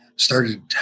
started